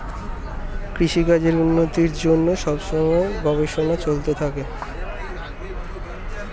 কৃষিকাজের উন্নতির জন্যে সব সময়ে গবেষণা চলতে থাকে